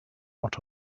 out